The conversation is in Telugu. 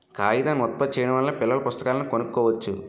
కాగితాన్ని ఉత్పత్తి చేయడం వల్ల పిల్లల పుస్తకాలను కొనుక్కోవచ్చు